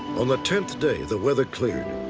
on the tenth day, the weather cleared.